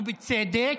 ובצדק,